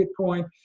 Bitcoin